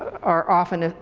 are often